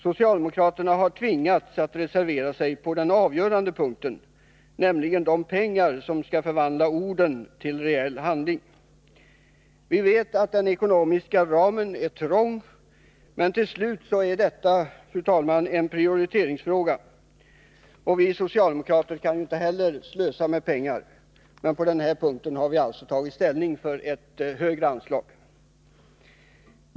Socialdemokraterna har tvingats att reservera sig på den avgörande punkten, nämligen i fråga om de pengar som skall förvandla orden till reell handling. Vi vet att den ekonomiska ramen är trång, men detta blir, fru talman, till slut en prioriteringsfråga. Inte heller vi socialdemokrater kan slösa med pengar, men på den här punkten har vi tagit ställning för ett högre anslag.